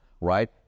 right